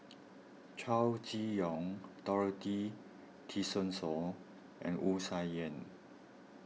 Chow Chee Yong Dorothy Tessensohn and Wu Tsai Yen